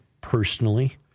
personally